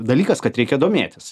dalykas kad reikia domėtis